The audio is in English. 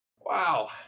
Wow